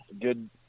good